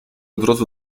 drodze